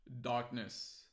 darkness